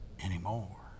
anymore